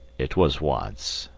it was once,